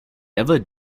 ever